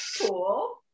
Cool